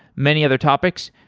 many other topics,